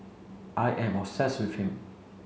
I am obsessed with him